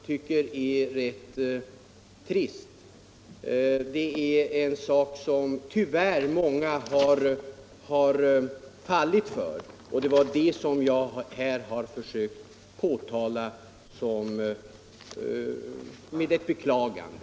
Tyvärr har också många fallit för det argumentet, och det är enligt min mening beklagligt.